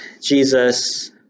Jesus